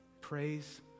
Praise